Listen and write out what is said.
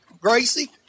Gracie